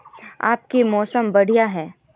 आय के मौसम बढ़िया है?